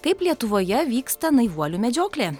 kaip lietuvoje vyksta naivuolių medžioklė